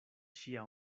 ŝia